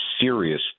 serious